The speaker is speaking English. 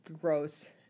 gross